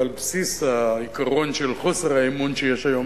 ועל בסיס העיקרון של חוסר האמון שיש היום